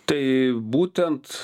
tai būtent